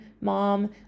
mom